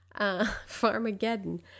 Farmageddon